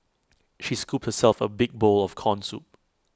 she scooped herself A big bowl of Corn Soup